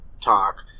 talk